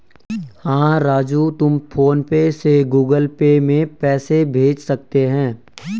हां राजू तुम PhonePe से गुगल पे में पैसे भेज सकते हैं